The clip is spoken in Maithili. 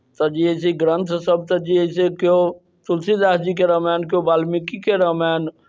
तऽ जे अइ से ग्रन्थसभ तऽ जे अइ से केओ तुलसीदास जीके रामायण केओ वाल्मीकिके रामायण